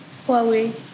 Chloe